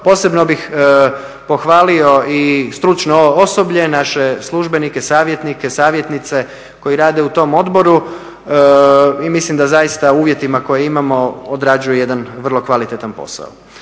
Posebno bih pohvalio i stručno osoblje, naše službenike, savjetnike, savjetnice koji rade u tom odboru i mislim da zaista u uvjetima koje imamo odrađuju jedan vrlo kvalitetan posao.